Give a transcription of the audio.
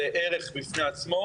זה ערך בפני עצמו,